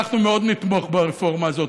אנחנו מאוד נתמוך ברפורמה הזאת.